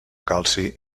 calci